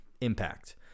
impact